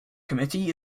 committee